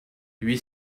huit